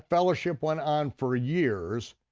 fellowship went on for ah years,